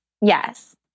Yes